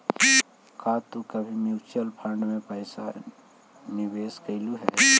का तू कभी म्यूचुअल फंड में पैसा निवेश कइलू हे